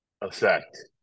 effect